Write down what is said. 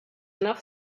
enough